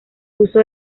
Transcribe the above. uso